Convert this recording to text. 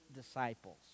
disciples